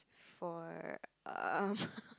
for um